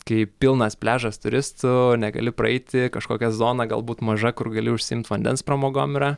kai pilnas pliažas turistų negali praeiti kažkokia zona galbūt maža kur gali užsiimt vandens pramogom yra